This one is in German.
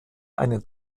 einen